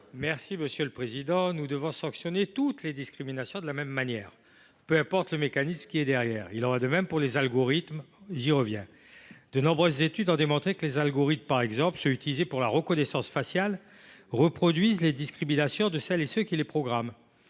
est à M. Guy Benarroche. Nous devons sanctionner toutes les discriminations de la même manière, peu importe le mécanisme qui les sous tend. Il en est de même pour les algorithmes – j’y reviens. De nombreuses études ont démontré que les algorithmes, par exemple ceux qui sont utilisés pour la reconnaissance faciale, reproduisent les discriminations issues des biais de leurs programmeurs.